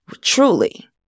truly